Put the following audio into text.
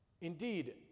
Indeed